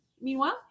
meanwhile